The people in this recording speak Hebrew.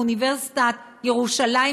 מאוניברסיטת ירושלים,